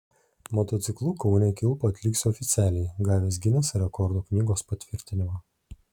motociklu kaune kilpą atliksiu oficialiai gavęs gineso rekordų knygos patvirtinimą